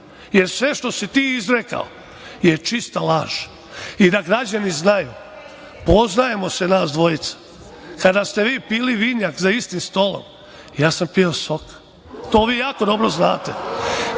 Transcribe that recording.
jer sve što si ti izrekao je čista laž. Da građani znaju, poznajemo se nas dvojica, kada ste vi pili vinjak za istim stolom, ja sam pio sok, to vi jako dobro znate.